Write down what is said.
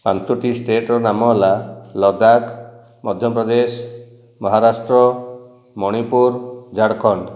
ପାଞ୍ଚଟି ଷ୍ଟେଟ୍ର ନାମ ହେଲା ଲଦାଖ ମଧ୍ୟପ୍ରଦେଶ ମହାରାଷ୍ଟ୍ର ମଣିପୁର ଝାଡ଼ଖଣ୍ଡ